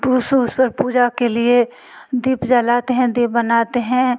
पूस उस पर पूजा के लिए दीप जलाते हैं दीप बनाते हैं